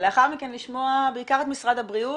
ולאחר מכן לשמוע בעיקר את משרד הבריאות,